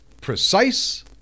precise